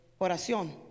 oración